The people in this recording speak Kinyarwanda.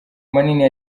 manini